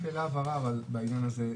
הבהרה בעניין הזה: